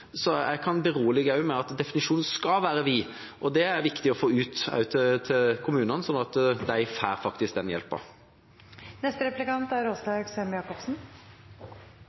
jeg kan berolige med at definisjonen også skal være vid. Det er det viktig å få ut til kommunene, slik at de faktisk får den hjelpen. Jeg vil i denne saken trekke fram den